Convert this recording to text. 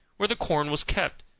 where the corn was kept,